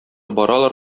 баралар